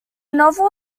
novel